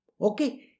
Okay